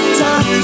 time